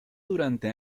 durante